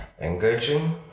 engaging